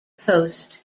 coast